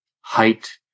height